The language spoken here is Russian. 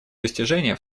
достижения